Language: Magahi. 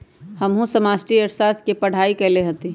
हमहु समष्टि अर्थशास्त्र के पढ़ाई कएले हति